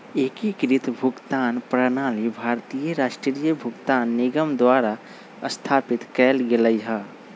एकीकृत भुगतान प्रणाली भारतीय राष्ट्रीय भुगतान निगम द्वारा स्थापित कएल गेलइ ह